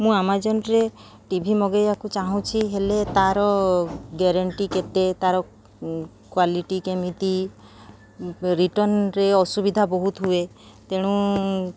ମୁଁ ଆମାଜନରେ TV ମଗେଇବାକୁ ଚାହୁଁଛି ହେଲେ ତାର ଗ୍ୟାରେଣ୍ଟି କେତେ ତାର କ୍ୱାଲିଟି କେମିତି ରିର୍ଟନ୍ରେ ଅସୁବିଧା ବହୁତ ହୁଏ ତେଣୁ